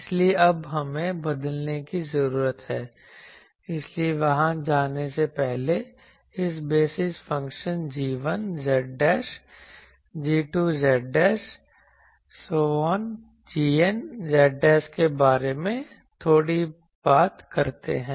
इसलिए अब हमें बदलने की जरूरत है इसलिए वहां जाने से पहले इन basis function g1 z g2 z gn z के बारे में थोड़ी बात करते हैं